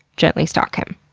gently stalk him.